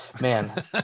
man